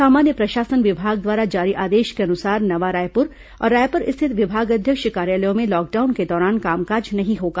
सामान्य प्रशासन विभाग द्वारा जारी आदेश के अनुसार नवा रायपुर और रायपुर स्थित विभागाध्यक्ष कार्यालयों में लॉकडाउन के दौरान कामकाज नहीं होगा